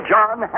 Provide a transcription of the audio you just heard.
John